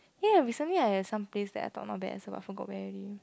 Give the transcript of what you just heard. ya recently I I've some place that I thought not bad as well I forgot where already